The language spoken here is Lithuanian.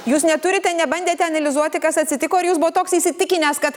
jūs neturite nebandėte analizuoti kas atsitiko ar jūs buvot toks įsitikinęs kad